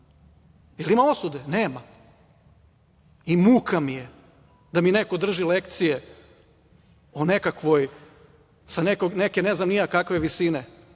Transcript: Jel ima osude? Nema. Muka mi je da mi neko drži lekcije o nekakvoj, sa neke ne znam ni ja kakve visine,